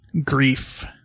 Grief